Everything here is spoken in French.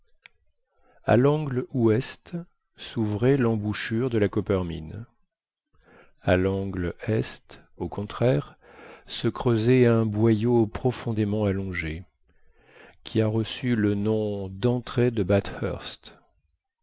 à l'angle ouest s'ouvrait l'embouchure de la coppermine à l'angle est au contraire se creusait un boyau profondément allongé qui a reçu le nom d'entrée de